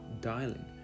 dialing